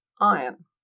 iron